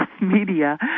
media